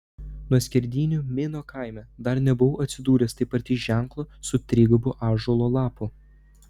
nuo skerdynių mino kaime dar nebuvau atsidūręs taip arti ženklo su trigubu ąžuolo lapu